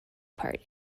part